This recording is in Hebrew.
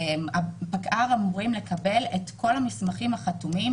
פקע"ר אמורים לקבל את כל המסמכים החתומים